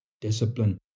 discipline